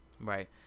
Right